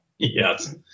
Yes